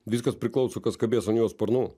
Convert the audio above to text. viskas priklauso kas kabės ant jo sparnų